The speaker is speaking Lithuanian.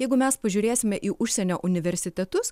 jeigu mes pažiūrėsime į užsienio universitetus